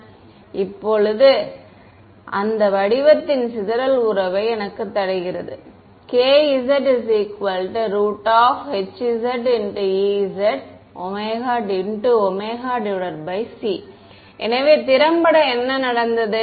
இது இப்போது அந்த வடிவத்தின் சிதறல் உறவை எனக்குத் தருகிறது kzhz ezωc எனவே திறம்பட என்ன நடந்தது